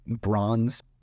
bronze